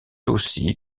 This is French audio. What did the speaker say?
aussi